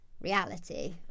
reality